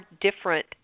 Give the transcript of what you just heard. different